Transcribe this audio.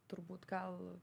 turbūt gal